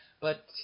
But